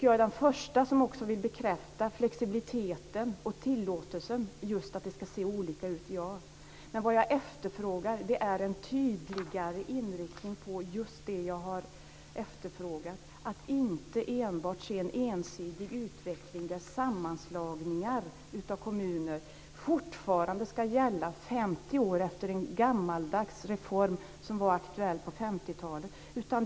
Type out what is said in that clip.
Jag vill också vara den första att bekräfta flexibiliteten och tillåtelsen att just se olika ut. Men det jag efterfrågar är en tydligare inriktning mot just det jag har tagit upp. Man ska inte enbart se en ensidig utveckling, där sammanslagningar av kommuner fortfarande ska gälla 50 år efter en gammaldags reform. Den var aktuell på 50-talet.